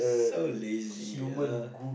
so lazy uh